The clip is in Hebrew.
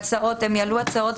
דרך המציעות,